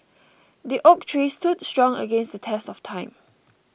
the oak tree stood strong against the test of time